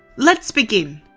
let's begin!